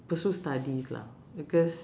pursue studies lah because